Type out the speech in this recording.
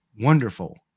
wonderful